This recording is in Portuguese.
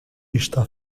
está